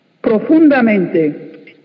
profundamente